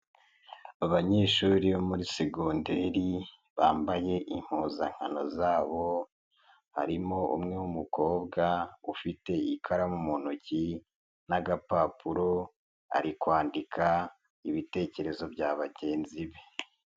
Abanyeshuri bo muri segonderi bambaye impuzankano zabo, harimo umwe w'umukobwa ufite ikaramu mu ntoki n'agapapuro ari kwandika ibitekerezo bya bagenzi be.